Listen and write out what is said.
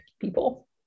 people